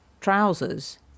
trousers